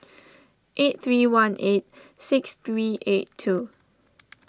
eight three one eight six three eight two